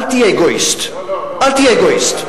אל תהיה אגואיסט, אל תהיה אגואיסט.